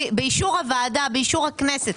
באישור הוועדה ובאישור הכנסת.